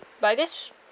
but I guess